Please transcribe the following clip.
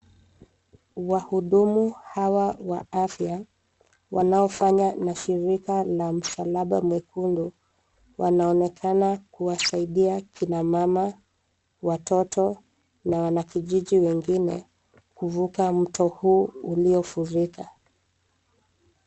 Wahudumu hawa wa afya, wanaofanya na shirika la msalaba mwekundu wanaonekana kuwasaidia kina mama, watoto na wanakijiji wengine kuvuka mto huu uliofurika.